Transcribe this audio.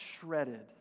shredded